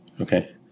Okay